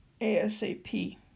ASAP